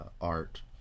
art